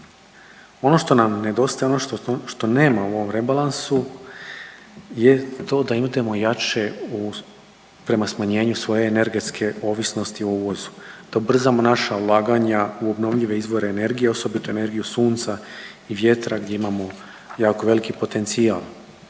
Ono što nam nedostaje, ono što nema u ovom rebalansu je to da idemo jače prema smanjenju svoje energetske ovisnosti o uvozu, da ubrzamo naša ulaganja u obnovljive izvore energije osobito energiju sunca i vjetra gdje imamo jako veliki potencijal,